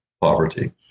poverty